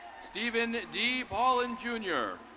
stephen d. paulin jr.